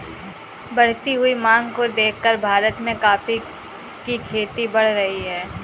बढ़ती हुई मांग को देखकर भारत में कॉफी की खेती बढ़ रही है